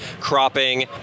cropping